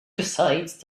decided